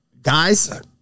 guys